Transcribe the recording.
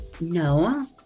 No